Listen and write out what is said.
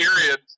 period